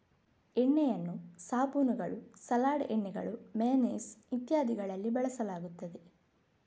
ಎಣ್ಣೆಯನ್ನು ಸಾಬೂನುಗಳು, ಸಲಾಡ್ ಎಣ್ಣೆಗಳು, ಮೇಯನೇಸ್ ಇತ್ಯಾದಿಗಳಲ್ಲಿ ಬಳಸಲಾಗುತ್ತದೆ